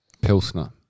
Pilsner